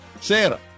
Santa